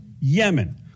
Yemen